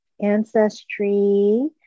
Ancestry